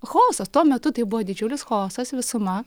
chaosas tuo metu tai buvo didžiulis chaosas visuma